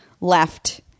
left